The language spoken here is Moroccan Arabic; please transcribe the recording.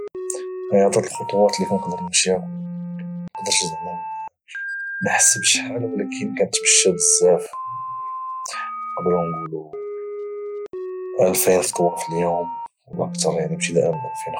عدد الخطوات اللي كانقدر نمشيها كل نهار يعني ما نقدرش زعما نحسب شحال ولكن كانتمشى بزاف نقدروا نقولوا الفين خطوه في اليوم ولا اكثر يعني اكثر من 2000 خطوه في النهار